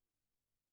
להביא אור